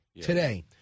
Today